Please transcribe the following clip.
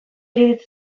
iruditu